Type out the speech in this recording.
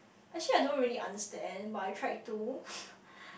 actually I don't really understand but I tried to